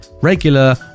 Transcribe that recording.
regular